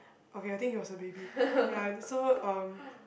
okay I think he was a baby ya so um